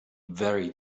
very